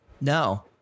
No